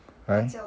why